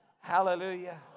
hallelujah